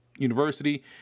University